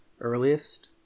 earliest